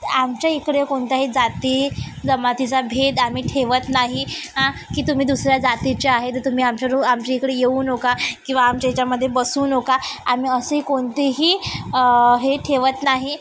आमच्या इकडे कोणत्याही जाती जमातीचा भेद आम्ही ठेवत नाही की तुम्ही दुसऱ्या जातीचे आहेत तर तुम्ही आमच्या रू आमच्या इकडे येऊ नका किंवा आमच्या हेच्यामध्ये बसू नका आम्ही असे कोणतेही हे ठेवत नाही